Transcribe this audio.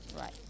Right